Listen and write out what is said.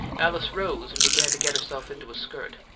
alice rose and began to get herself into a skirt.